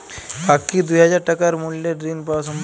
পাক্ষিক দুই হাজার টাকা মূল্যের ঋণ পাওয়া সম্ভব?